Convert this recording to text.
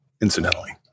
incidentally